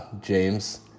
James